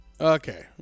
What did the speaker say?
Okay